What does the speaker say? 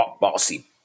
Bossy